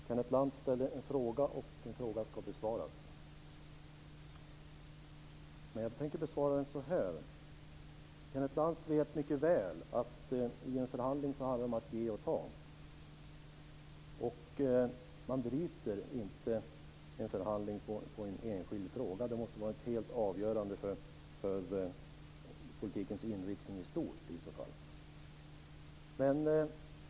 Fru talman! Kenneth Lantz ställde en fråga, och en fråga ska besvaras. Jag tänker besvara den så här. Kenneth Lantz vet mycket väl att det i en förhandling handlar om att ge och ta. Man bryter inte en förhandling på en enskild fråga. Det måste vara helt avgörande för politikens inriktning i stort i så fall.